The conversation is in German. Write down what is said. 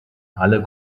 alle